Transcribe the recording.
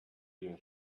year